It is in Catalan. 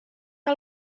que